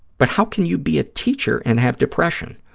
but how can you be a teacher and have depression?